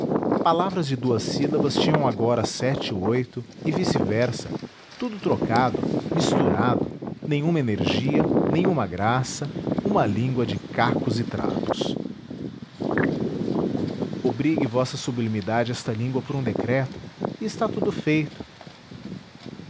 palavras de duas sílabas tinham agora sete e oito e vice-versa tudo trocado misturado nenhuma energia nenhuma graça uma língua de cacos e trapos obrigue vossa sublimidade esta língua por um decreto e está tudo feito